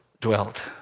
dwelt